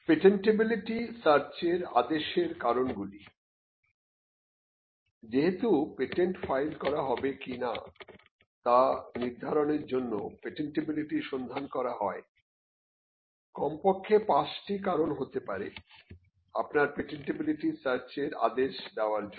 patentability সার্চের র আদেশের কারণগুলি যেহেতু পেটেন্ট ফাইল করা হবে কি না তা নির্ধারণের জন্য পেটেন্টিবিলিটি সন্ধান করা হয় কমপক্ষে পাঁচটি কারণ হতে পারে আপনার পেটেন্টিবিলিটি সার্চের র আদেশ দেবার জন্য